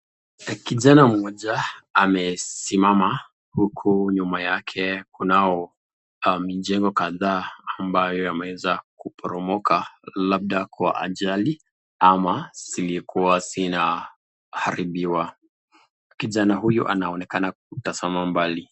Kijana moja amesimama huku nyuma yake kunao mijengo kadhaa ambayo yameweza kuporomoka labda kwa ajali ama zilikuwa zinaharibiwa kijana huyu anaonekana kutazama mbali.